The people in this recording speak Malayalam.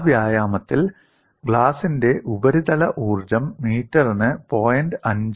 ആ വ്യായാമത്തിൽ ഗ്ലാസിന്റെ ഉപരിതല ഊർജ്ജം മീറ്ററിന് 0